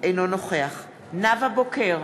אינו נוכח נאוה בוקר,